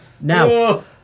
now